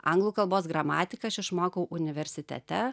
anglų kalbos gramatiką aš išmokau universitete